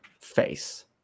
face